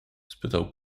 spytał